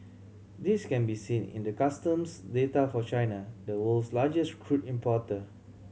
this can be seen in the customs data for China the world's largest crude importer